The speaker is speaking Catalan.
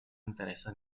interessa